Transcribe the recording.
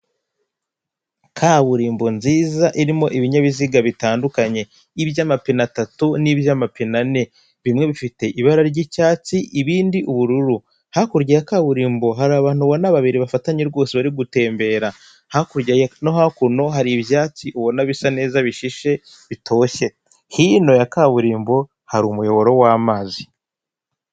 Kaburimbo nziza irimo ibinyabiziga bitandukanye iby'amapine atatu n'iby'amapine ane bimwe bifite ibara ry'icyatsi ibindi ubururu, hakurya ya kaburimbo hari abantu ubona babiri bafatanye rwose bari gutembere, hakurya no hakuno hari ibyatsi ubona bisa neza bishishe bitoshye hino ya kaburimbo hari umuyoboro w'amazi.